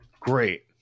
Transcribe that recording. Great